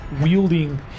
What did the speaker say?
wielding